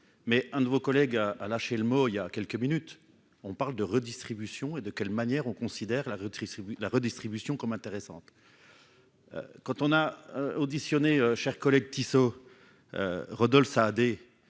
mais un de vos collègues, a lâché le mot il y a quelques minutes, on parle de redistribution et de quelle manière on considère la directrice la redistribution comme intéressante quand on a auditionné chers collègues Tissot Rodolphe Saadé,